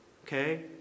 Okay